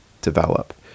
develop